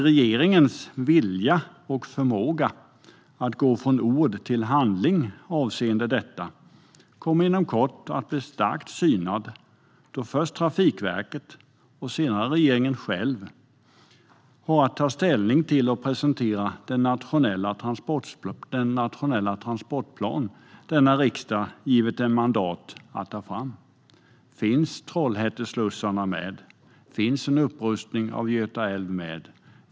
Regeringens vilja och förmåga att gå från ord till handling avseende detta kommer inom kort att bli ordentligt synad, då först Trafikverket och senare regeringen själv har att ta ställning till och presentera den nationella transportplan som riksdagen har givit dem mandat att ta fram. Finns Trollhätteslussarna med? Finns en upprustning av Göta älv med?